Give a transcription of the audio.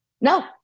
No